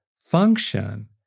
function